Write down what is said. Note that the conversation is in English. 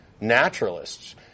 naturalists